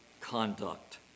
conduct